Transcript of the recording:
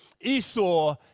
Esau